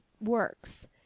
works